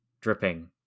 dripping